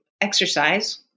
exercise